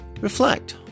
reflect